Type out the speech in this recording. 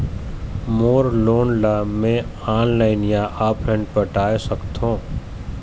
मोर loan ला मैं online या ऑफलाइन पटाए सकथों?